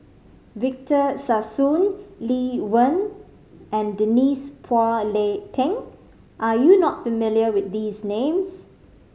Victor Sassoon Lee Wen and Denise Phua Lay Peng are you not familiar with these names